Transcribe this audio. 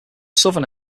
southern